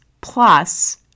plus